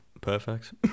perfect